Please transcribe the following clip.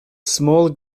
small